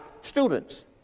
students